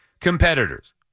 competitors